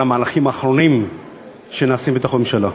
על המהלכים האחרונים שנעשים בתוך הממשלה.